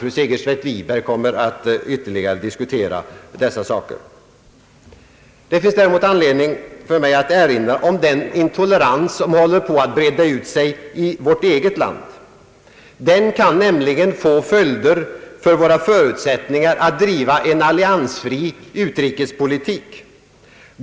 Fru Segerstedt Wiberg kommer att ytterligare diskutera dessa saker. Det finns däremot anledning för mig att erinra om den intolerans som håller på att breda ut sig i vårt eget land. Den kan nämligen få följder för våra möjligheter, att driva en alliansfri utrikespolitik,.